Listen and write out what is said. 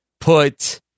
put